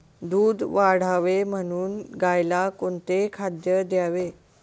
दूध वाढावे म्हणून गाईला कोणते खाद्य द्यावे?